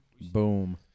Boom